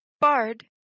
bard